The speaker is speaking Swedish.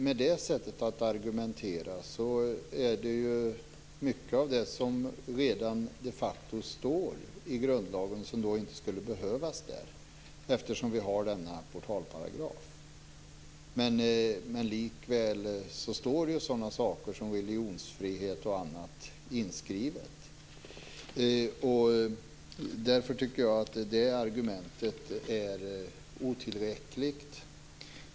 Med det sättet att argumentera skulle mycket av det som redan de facto står i grundlagen inte behövas där, eftersom vi har denna portalparagraf. Likväl står sådana saker som religionsfrihet och annat inskrivet. Därför tycker jag att det argumentet är otillräckligt.